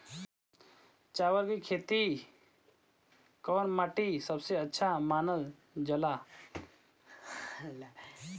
चावल के खेती ला कौन माटी सबसे अच्छा मानल जला?